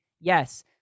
yes